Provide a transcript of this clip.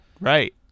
Right